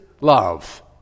love